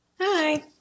Hi